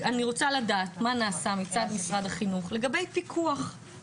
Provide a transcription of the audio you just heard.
אני רוצה לדעת מה נעשה מצד משרד החינוך לגבי פיקוח.